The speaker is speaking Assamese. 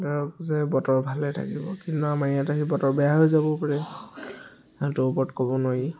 ধৰক যে বতৰ ভালে থাকিব কিন্তু আমাৰ ইয়াত আহি বতৰ বেয়া হৈ যাব পাৰে সেইটোৰ ওপৰত ক'ব নোৱাৰি